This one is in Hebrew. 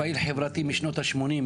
פעיל חברתי משנות ה-80,